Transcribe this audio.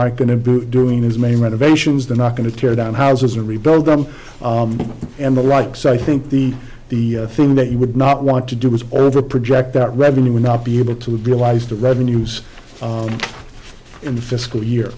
are going to boot during as many renovations they're not going to tear down houses or rebuild them and the like so i think the the thing that you would not want to do is over a project that revenue would not be able to realize the revenues in the fiscal year